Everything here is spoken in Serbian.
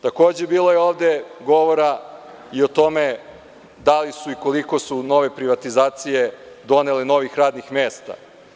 Bilo je ovde govora i o tome da li su i koliko su nove privatizacije donele novih radnih mesta.